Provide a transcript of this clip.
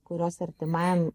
kurios artimajam